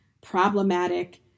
problematic